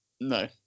No